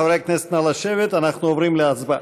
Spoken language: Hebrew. חברי הכנסת, נא לשבת, אנחנו עוברים להצבעה.